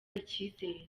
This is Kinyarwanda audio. icyizere